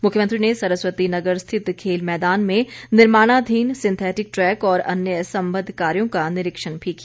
मुख्यमंत्री ने सरस्वती नगर स्थित खेल मैदान में निर्माणाधीन सिंथेटिक ट्रैक और अन्य संबद्ध कार्यों का निरीक्षण भी किया